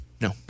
No